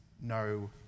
no